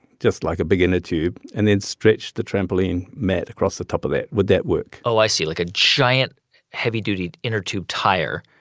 just like a big inner tube, and then stretch the trampoline mat across the top of that? would that work? oh, i see. like, a giant heavy-duty inner tube tire,